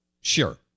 Sure